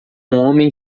homem